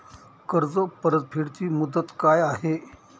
कर्ज परतफेड ची मुदत काय आहे?